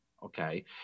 Okay